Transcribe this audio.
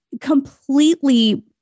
completely